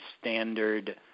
standard